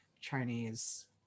Chinese